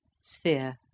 Sphere